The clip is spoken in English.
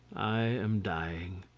i am dying.